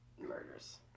murders